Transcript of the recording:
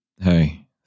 Hey